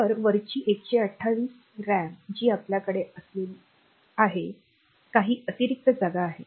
तर वरची 128 रॅम जी आपल्याकडे असलेली काही अतिरिक्त जागा आहे